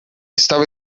estava